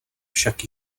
však